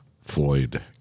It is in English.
Floyd